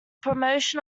promotion